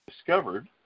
discovered